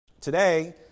Today